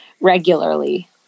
regularly